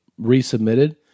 resubmitted